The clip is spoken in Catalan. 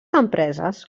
empreses